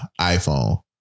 iPhone